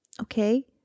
okay